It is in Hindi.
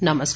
नमस्कार